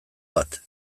bat